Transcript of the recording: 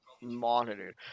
monitored